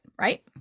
right